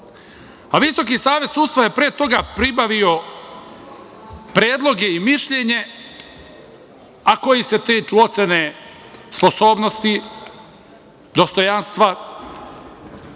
a Visoki savet sudstva je pre toga pribavio predloge i mišljenje, a koji se tiču ocene sposobnosti, dostojanstva